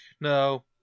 No